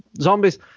zombies